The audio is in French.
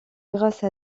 grâce